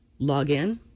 login